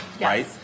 right